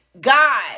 God